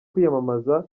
kwiyamamaza